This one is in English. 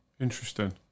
interesting